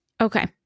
Okay